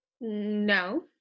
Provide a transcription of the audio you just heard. No